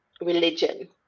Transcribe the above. religion